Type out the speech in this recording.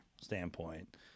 standpoint